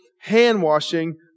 hand-washing